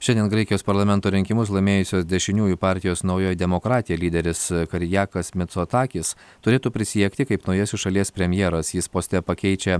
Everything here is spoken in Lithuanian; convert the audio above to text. šiandien graikijos parlamento rinkimus laimėjusios dešiniųjų partijos naujoji demokratija lyderis karijakas micotakis turėtų prisiekti kaip naujasis šalies premjeras jis poste pakeičia